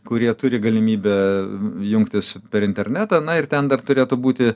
kurie turi galimybę jungtis per internetą na ir ten dar turėtų būti